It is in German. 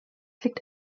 liegt